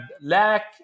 lack